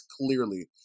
clearly